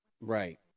Right